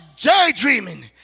Daydreaming